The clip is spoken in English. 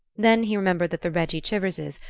then he remembered that the reggie chiverses,